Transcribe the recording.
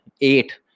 eight